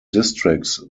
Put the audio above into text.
districts